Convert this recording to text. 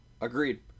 Agreed